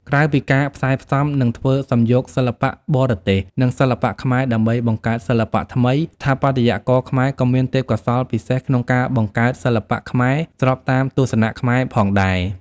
ក្រៅពីការផ្សែផ្សំ និងធ្វើសំយោគសិល្បៈបរទេស និងសិល្បៈខ្មែរដើម្បីបង្កើតសិល្បៈថ្មី ស្ថាបត្យករខ្មែរក៏មានទេពកោសល្យពិសេសក្នុងការបង្កើតសិល្បៈខ្មែរស្របតាមទស្សនៈខ្មែរផងដែរ។